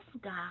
god